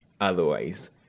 otherwise